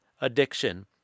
addiction